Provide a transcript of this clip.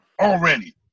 already